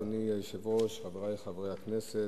אדוני היושב-ראש, חברי חברי הכנסת,